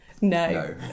no